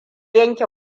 yanke